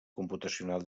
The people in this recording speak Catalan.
computacional